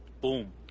boom